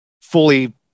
fully